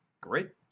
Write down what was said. Great